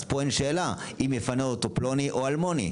אז פה אין שאלה, אם יפנה אותו לוני או אלמוני.